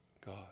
God